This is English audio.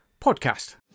podcast